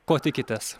ko tikitės